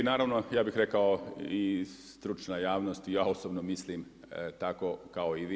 Naravno ja bih rekao i stručna javnost i ja osobno mislim tako kao i vi.